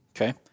Okay